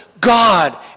God